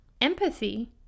Empathy